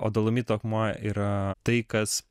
o dolomito akmuo yra tai kas